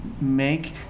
make